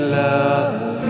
love